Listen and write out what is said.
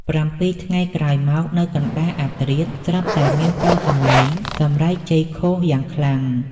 ៧ ថ្ងៃក្រោយមក នៅកណ្ដាលអាធ្រាត្រ ស្រាប់តែមានសូរសម្លេងសម្រែកជ័យឃោសយ៉ាងខ្លាំង។